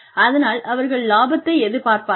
அதனால் அவர்கள் லாபத்தை எதிர்பார்ப்பார்கள்